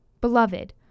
Beloved